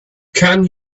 can